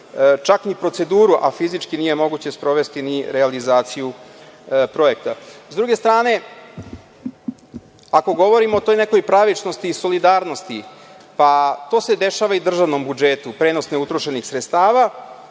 čak ni proceduru, a fizički nije moguće sprovesti ni realizaciju projekta.S druge strane, ako govorimo o toj nekoj pravičnosti i solidarnosti, pa to se dešava i državnom budžetu, prenos neutrošenih sredstava,